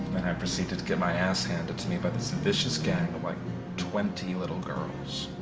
and i proceeded to get my ass handed to me by this vicious gang and like twenty little girls.